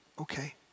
Okay